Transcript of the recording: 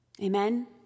Amen